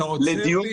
אתה עוצר מישהו?